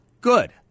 good